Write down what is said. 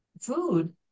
food